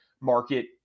market